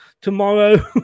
tomorrow